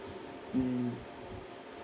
mm